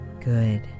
Good